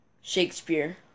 Shakespeare